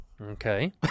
okay